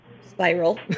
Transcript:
spiral